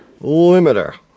limiter